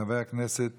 חבר הכנסת